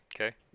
Okay